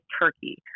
Turkey